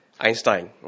Einstein